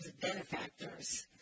benefactors